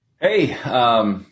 Hey